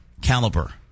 caliber